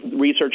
research